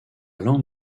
lampe